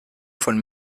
von